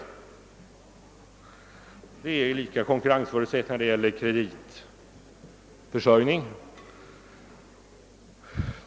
Det råder lika konkurrensförutsättningar när det gäller kreditförsörjningen.